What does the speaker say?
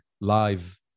live